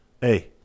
Hey